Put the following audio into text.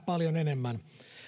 paljon enemmän